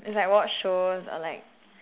it's like watch shows or like